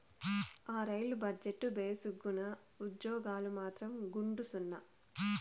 ఆ, rail budget భేసుగ్గున్నా, ఉజ్జోగాలు మాత్రం గుండుసున్నా